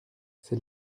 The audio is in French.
c’est